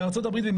בארצות הברית,